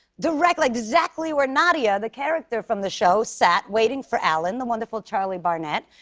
directly exactly where nadia, the character from the show, sat waiting for alan, the wonderful charlie barnett.